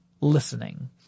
listening